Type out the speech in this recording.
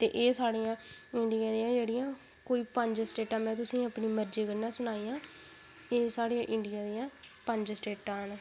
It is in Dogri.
ते साढ़ियां इंडियां दियां जेह्ड़ियां कुल पंज स्टेटां में तुसें ई अपनी मर्जी कन्नै सनाइयां एह् साढ़ी इंडिया दियां पंज स्टेटां न